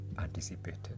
anticipated